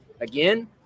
again